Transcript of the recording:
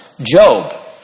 Job